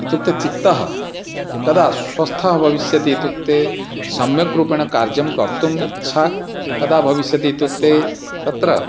इत्युक्ते चित्तं कदा स्वस्थं भविष्यति इत्युक्ते सम्यक् रूपेण कार्यं कर्तुम् इच्छा कदा भविष्यति इत्युक्ते तत्र